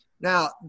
Now